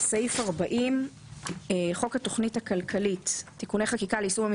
תיקון חוק38.בחוק החזקת תכשיר אפינפרין